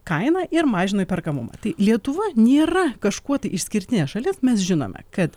kainą ir mažino įperkamumą tai lietuva nėra kažkuo tai išskirtinė šalis mes žinome kad